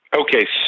Okay